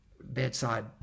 bedside